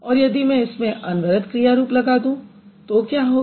और यदि मैं इसमें अनवरत क्रिया रूप लगा दूँ तो क्या होगा